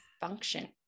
function